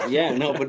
yeah, no, but